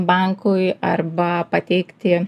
bankui arba pateikti